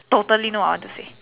totally know what I want to say